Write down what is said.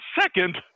second